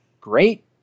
great